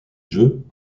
jeux